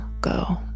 go